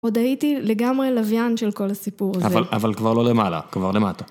עוד הייתי לגמרי לווין של כל הסיפור הזה. אבל כבר לא למעלה, כבר למטה.